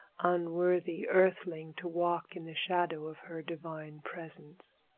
unworthy earthling to walk in the shadow of her divine presence.